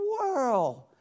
world